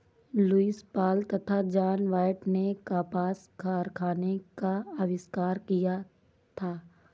Lewis Paul तथा John Wyatt ने कपास कारखाने का आविष्कार किया था